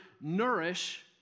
nourish